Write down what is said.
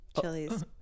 chilies